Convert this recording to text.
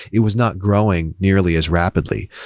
it was not growing nearly as rapidly.